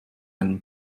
einen